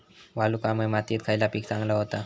वालुकामय मातयेत खयला पीक चांगला होता?